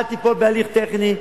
אל תיפול בהליך טכני.